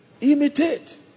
Imitate